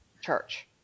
church